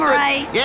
right